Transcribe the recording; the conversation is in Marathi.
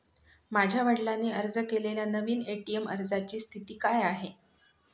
माझ्या वडिलांनी अर्ज केलेल्या नवीन ए.टी.एम अर्जाची स्थिती काय आहे?